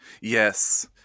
Yes